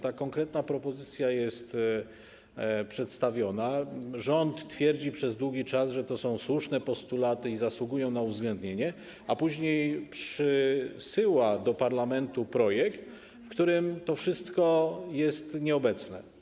Ta konkretna propozycja jest przedstawiona, rząd twierdzi przez długi czas, że to są słuszne postulaty i zasługują na uwzględnienie, a później przysyła do parlamentu projekt, w którym to wszystko jest nieobecne.